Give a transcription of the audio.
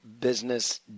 business